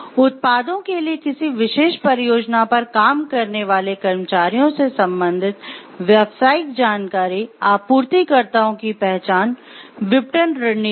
उत्पादों के लिए किसी विशेष परियोजना पर काम करने वाले कर्मचारियों से संबंधित व्यावसायिक जानकारी आपूर्तिकर्ताओं की पहचान विपणन रणनीतियों